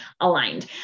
aligned